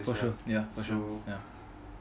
for sure ya for sure ya